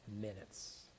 minutes